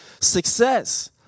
success